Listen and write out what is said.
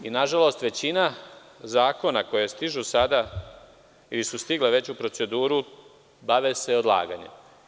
Nažalost, većina zakona koji stižu sada ili su stigla već u proceduru bave se odlaganjem.